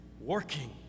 working